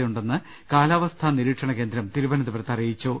തയുണ്ടെന്ന് കാലാവസ്ഥാ നിരീക്ഷണകേന്ദ്രം തിരുവനന്തപുരത്ത് അറി യിച്ചു